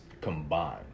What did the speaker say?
combined